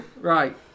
Right